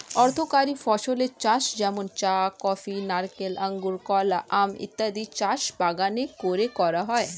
অর্থকরী ফসলের চাষ যেমন চা, কফি, নারিকেল, আঙুর, কলা, আম ইত্যাদির চাষ বাগান করে করা হয়